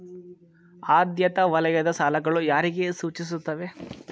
ಆದ್ಯತಾ ವಲಯದ ಸಾಲಗಳು ಯಾರಿಗೆ ಸೂಚಿಸುತ್ತವೆ?